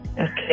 Okay